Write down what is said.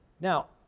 Now